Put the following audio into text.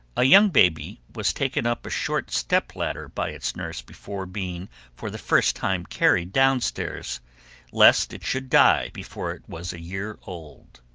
a young baby was taken up a short step-ladder by its nurse before being for the first time carried downstairs lest it should die before it was a year old.